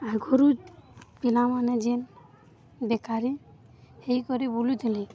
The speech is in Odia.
ଆଗରୁ ପିଲାମାନେ ଯେନ୍ ବେକାରୀ ହେଇକରି ବୁଲୁଥିଲେ